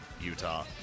Utah